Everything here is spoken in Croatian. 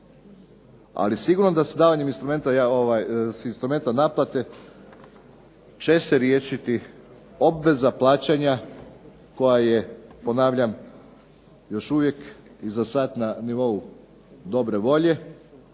Ali sigurno da se davanjem instrumenta naplate će se riješiti obveza plaćanja koja je, ponavljam, još uvijek i za sad na nivou dobre volje